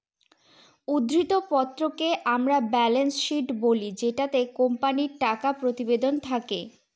উদ্ধৃত্ত পত্রকে আমরা ব্যালেন্স শীট বলি যেটিতে কোম্পানির টাকা প্রতিবেদন থাকে